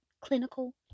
clinical